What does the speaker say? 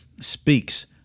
speaks